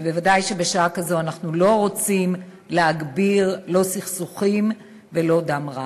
וודאי שבשעה כזו אנחנו לא רוצים להגביר לא סכסוכים ולא דם רע.